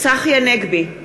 צחי הנגבי,